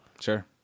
sure